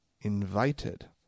invited